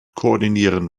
koordinieren